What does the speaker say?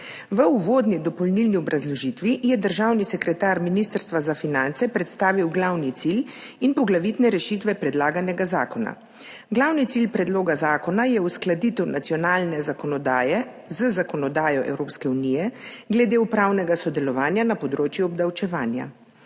V uvodni dopolnilni obrazložitvi je državni sekretar Ministrstva za finance predstavil glavni cilj in poglavitne rešitve predlaganega zakona. Glavni cilj predloga zakona je uskladitev nacionalne zakonodaje z zakonodajo Evropske unije glede upravnega sodelovanja na področju obdavčevanja.